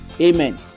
Amen